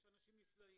יש אנשים נפלאים,